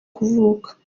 kuvuka